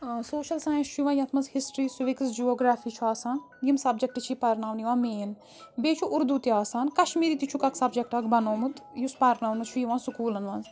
social science چھُ یِوان یَتھ منٛز ہِسٹِرٛی سوِکٕس جیوگرٛافی چھُ آسان یِم سَبجَکٹہٕ چھِ یہِ پَرناونہٕ یِوان مین بیٚیہِ چھُ اردوٗ تہِ آسان کَشمیٖری تہِ چھُکھ اَکھ سَبجَکٹ اَکھ بَنومُت یُس پَرناونہٕ چھُ یِوان سکوٗلَن منٛز